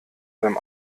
beim